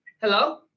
Hello